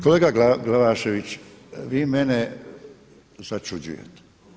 Kolega Glavašević, vi mene začuđujete.